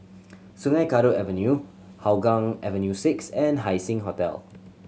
Sungei Kadut Avenue Hougang Avenue Six and Haising Hotel